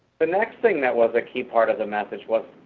the next thing that was a key part of the message was,